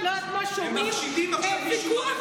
הם מחשידים עכשיו מישהו ברחוב, יש להם